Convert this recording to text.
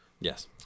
Yes